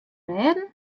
rêden